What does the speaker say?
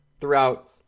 throughout